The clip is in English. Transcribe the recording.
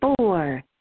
four